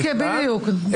"עד כ" בדיוק.